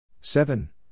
Seven